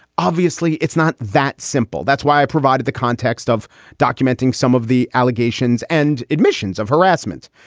obviously, it's not that simple. that's why i provided the context of documenting some of the allegations and admissions of harassment.